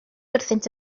wrthynt